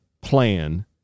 plan